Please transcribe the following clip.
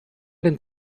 den